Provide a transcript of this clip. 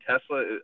Tesla